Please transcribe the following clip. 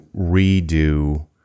redo